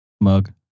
Mug